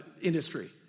industry